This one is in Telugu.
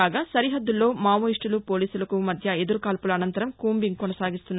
కాగా సరిహద్దుల్లో మావోయిస్టులు పోలీసులకు మధ్య ఎదురుకాల్పుల అనంతరం కూంబింగ్ కొనసాగిస్తున్నారు